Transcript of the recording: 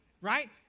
right